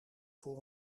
voor